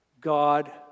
God